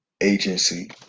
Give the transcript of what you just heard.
agency